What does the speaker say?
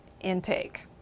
intake